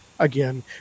Again